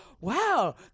wow